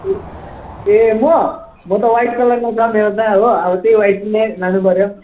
ए म म त ह्वाइट कलरको छ मेरो त हो अब त्यही ह्वाइटनै लानुपर्यो